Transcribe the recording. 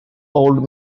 old